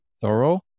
thorough